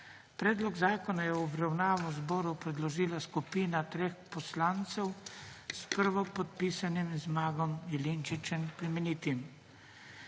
Predlog zakona je v obravnavo Državnemu zboru predložila skupina treh poslancev s prvopodpisanim Zmagom Jelinčičem Plemenitim.